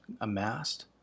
amassed